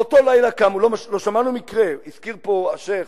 באותו לילה קמו, לא שמענו מקרה, הזכיר פה השיח'